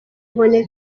inkoni